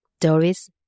Doris